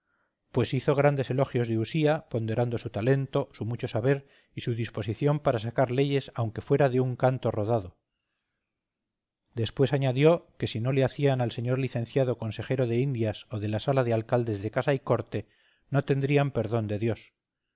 pues hizo grandes elogios de usía ponderando su talento su mucho saber y su disposición para sacar leyes aunque fuera de un canto rodado después añadió que si no le hacían al señor licenciado consejero de indias o de la sala de alcaldes de casa y corte no tendrían perdón de dios